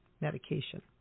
medication